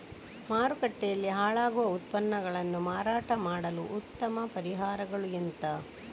ಮಾರುಕಟ್ಟೆಯಲ್ಲಿ ಹಾಳಾಗುವ ಉತ್ಪನ್ನಗಳನ್ನು ಮಾರಾಟ ಮಾಡಲು ಉತ್ತಮ ಪರಿಹಾರಗಳು ಎಂತ?